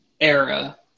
era